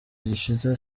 gishize